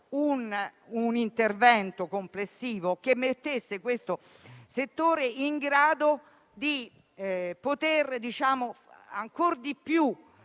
un intervento complessivo che rendesse questo settore in grado di progredire ancor di più